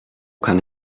kann